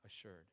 assured